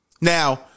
Now